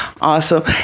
Awesome